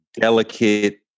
delicate